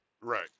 Right